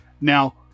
Now